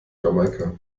jamaika